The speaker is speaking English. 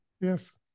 yes